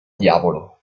diavolo